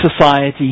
society